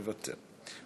מוותר,